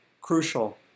crucial